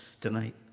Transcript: Tonight